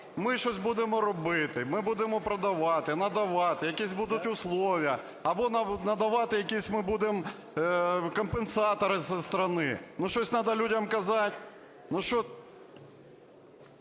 ми щось будемо робити, ми будемо продавати, надавати, якісь будуть умови або надавати якісь ми будемо компенсатори з страны. Ну, щось же треба людям казати.